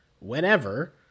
whenever